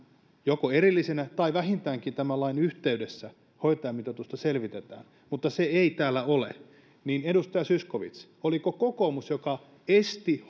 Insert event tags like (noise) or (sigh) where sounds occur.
joko erillisenä tai vähintäänkin tämän lain yhteydessä hoitajamitoitusta selvitetään mutta se ei täällä ole niin edustaja zyskowicz oliko kokoomus se joka esti (unintelligible)